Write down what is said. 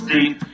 Deep